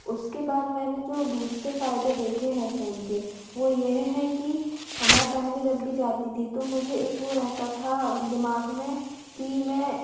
उसके बाद मैंने जो दूसरे फ़ायदे देखे हैं फ़ोन के वो यह हैं कि हमें पहले जब भी जाती थी तो मुझे एक वो रहता था दिमाग़ में कि मैं